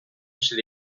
chez